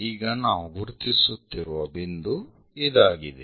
ಈಗ ನಾವು ಗುರುತಿಸುತ್ತಿರುವ ಬಿಂದು ಇದಾಗಿದೆ